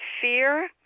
fear